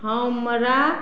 हमरा